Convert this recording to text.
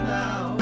now